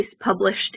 published